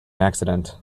accident